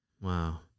Wow